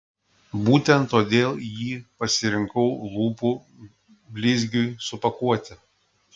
būtent todėl jį pasirinkau lūpų blizgiui supakuoti